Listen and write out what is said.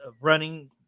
running